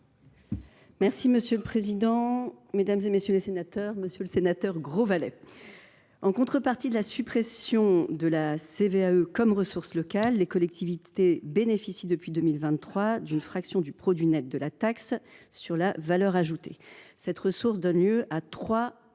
? La parole est à Mme la secrétaire d’État. Monsieur le sénateur Grosvalet, en contrepartie de la suppression de la CVAE comme ressource locale, les collectivités bénéficient depuis 2023 d’une fraction du produit net de la taxe sur la valeur ajoutée. Cette ressource donne lieu à